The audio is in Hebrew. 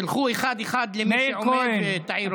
תעברו אחד-אחד, ומי שעומד, תעירו לו.